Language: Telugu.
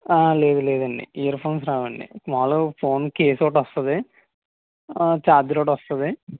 లేదు లేదండి ఇయర్ ఫోన్స్ రావండి స్మాల్ గా ఒక ఫోన్ కేస్ ఒకటి వస్తుంది చార్జర్ ఒకటి వస్తుంది